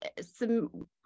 some-